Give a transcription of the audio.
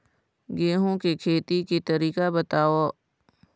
गेहूं के खेती के तरीका बताव?